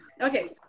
Okay